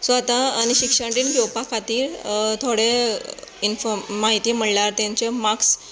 so आतां शिक्षण रीण घेवपा खातीर थोडे इनफो माहिती म्हणल्यार ताचे मार्क्स